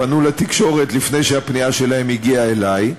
פנו לתקשורת לפני שהפנייה שלהם הגיעה אלי.